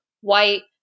white